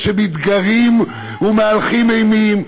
אלה שמתגרים ומהלכים אימים,